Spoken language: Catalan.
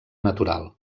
natural